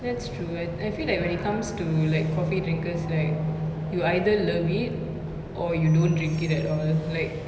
that's true I I feel like when it comes to like coffee drinkers right you either love it or you don't drink it at all like